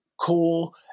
cool